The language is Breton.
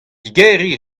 digeriñ